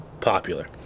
popular